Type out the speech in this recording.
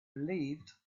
relieved